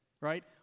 right